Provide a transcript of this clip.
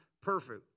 perfect